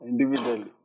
Individually